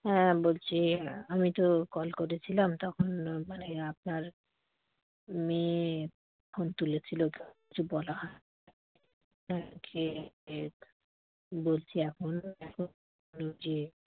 হ্যাঁ বলছি আমি তো কল করেছিলাম তখন মানে আপনার মেয়ে ফোন তুলেছিলো তখন কিছু বলা বলছি এখন এখন যে